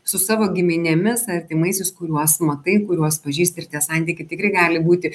su savo giminėmis artimaisiais kuriuos matai kuriuos pažįsti ir tie santykiai tikrai gali būti